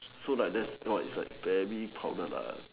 so like that spot is like very crowded